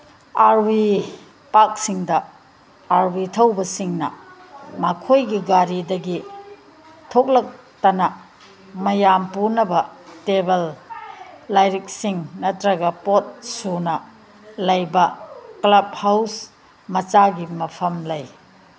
R V ꯄꯥꯛꯁꯤꯡꯗ R V ꯊꯧꯕꯁꯤꯡꯅ ꯃꯈꯣꯏꯒꯤ ꯒꯥꯔꯤꯗꯒꯤ ꯊꯣꯛꯂꯛꯇꯅ ꯃꯌꯥꯝ ꯄꯨꯅꯕ ꯇꯦꯕꯜ ꯂꯥꯏꯔꯤꯛꯁꯤꯡ ꯅꯠꯇ꯭ꯔꯒ ꯄꯣꯠ ꯁꯨꯅ ꯂꯩꯕ ꯀ꯭ꯂꯕ ꯍꯥꯎꯁ ꯃꯆꯥꯒꯤ ꯃꯐꯝ ꯂꯩ